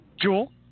Jewel